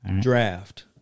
draft